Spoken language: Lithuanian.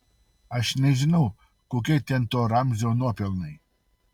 aš nežinau kokie ten to ramzio nuopelnai